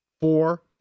four